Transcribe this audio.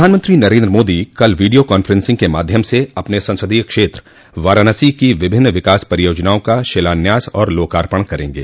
प्रधानमंत्री नरेंद्र मोदी कल video conferencing के माध्यम से अपने संसदीय क्षेत्र वाराणसी की विभिन्न विकास परियोजनाओं का शिलान्यास और लोकार्पण करेंगे